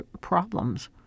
problems